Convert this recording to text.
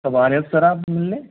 कब आ रहे हो सर आप मिलने